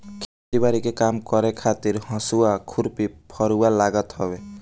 खेती बारी के काम करे खातिर हसुआ, खुरपी, फरुहा लागत हवे